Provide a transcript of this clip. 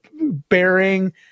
bearing